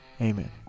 amen